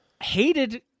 hated—